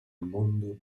mondo